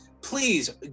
please